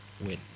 win